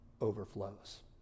overflows